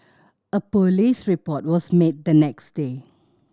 a police report was made the next day